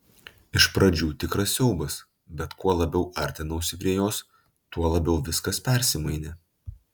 iš pradžių tikras siaubas bet kuo labiau artinausi prie jos tuo labiau viskas persimainė